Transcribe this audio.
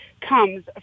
comes